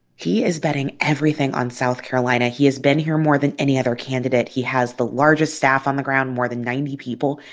he is betting everything on south carolina. he has been here more than any other candidate. he has the largest staff on the ground, more than ninety people.